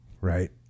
right